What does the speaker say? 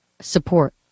support